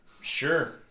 Sure